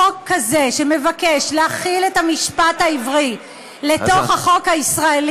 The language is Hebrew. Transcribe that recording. חוק כזה שמבקש, לא כל אזרחיה.